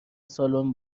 سالن